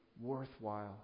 worthwhile